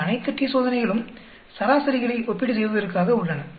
இந்த அனைத்து t சோதனைகளும் சராசரிகளை ஒப்பீடு செய்வதற்காக உள்ளன